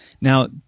Now